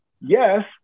Yes